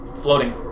Floating